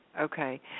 okay